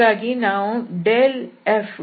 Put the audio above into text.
ಹಾಗಾಗಿ ನಾವು ∇f